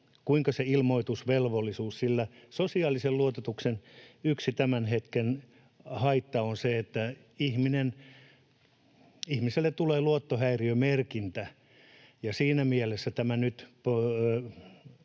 niin, että se on maksuton, sillä sosiaalisen luototuksen yksi tämän hetken haitta on se, että ihmiselle tulee luottohäiriömerkintä, ja siinä mielessä tämän nyt